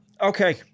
Okay